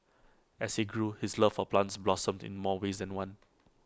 as he grew his love for plants blossomed in more ways than one